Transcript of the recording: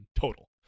total